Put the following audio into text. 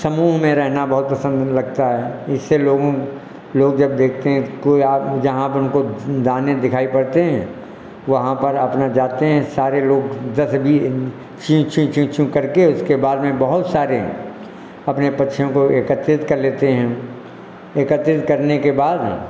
समूह में रहना बहुत पसंद लगता है इससे लोगों लोग जब देखते हैं तो कोई आप जहाँ पर उनको दाने दिखाई पड़ते हैं वहाँ पर अपना जाते है सारे लोग दस बी ची चू चू चू करके उसके बाद बहुत सारे अपने पक्षियों को एकत्रित कर लेते हैं एकत्रित करने के बाद